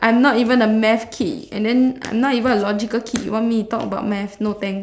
it's like dude I'm not even a math kid and then I'm not even a logical kid you want me to talk about math no thanks